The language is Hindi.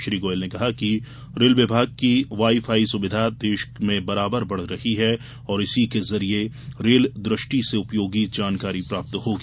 श्री गोयल ने कहा कि रेल विभाग की वाईफाई सुविधा देश में बराबर बढ़ रही है और इसी के जरिये रेल दृष्टि से उपयोगी जानकारी प्राप्त् होगी